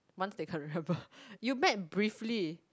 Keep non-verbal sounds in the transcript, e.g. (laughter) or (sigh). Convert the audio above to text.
once they can't remember (laughs) you met briefly